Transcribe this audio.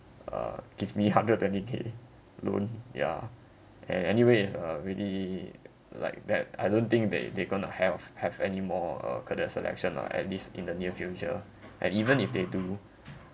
uh give me hundred twenty K loan ya and anyway is a really like that I don't think they they going to have have anymore uh cadet selection or at least in the near future and even if they do